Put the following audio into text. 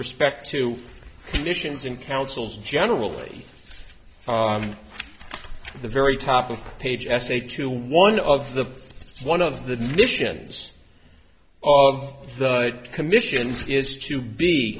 respect to the missions and councils generally the very top of page essay to one of the one of the missions of the commission is to be